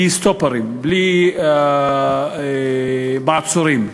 סטופרים, בלי מעצורים.